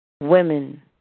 women